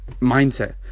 mindset